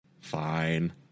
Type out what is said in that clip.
fine